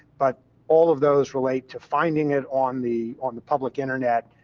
but all of those relate to finding it on the on the public internet,